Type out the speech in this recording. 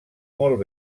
molt